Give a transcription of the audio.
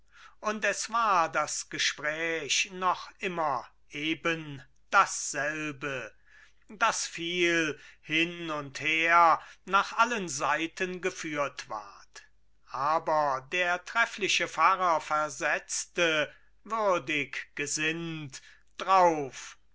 und es war das gespräch noch immer ebendasselbe das viel hin und her nach allen seiten geführt ward aber der treffliche pfarrer versetzte würdig gesinnt drauf